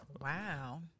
Wow